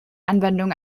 anwendung